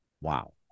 Wow